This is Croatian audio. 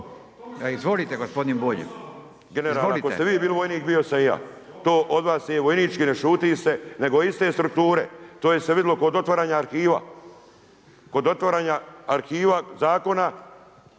Izvolite gospodine Bulj./… Generale ako ste vi bili vojnik, bio sam i ja. To od vas nije vojnički ne šuti se, nego iste strukture. To je se vidjelo kod otvaranja arhiva, kod otvaranja arhiva zakona